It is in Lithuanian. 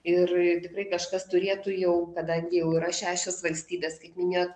ir tikrai kažkas turėtų jau kadangi jau yra šešios valstybės kaip minėjot